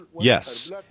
Yes